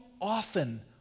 often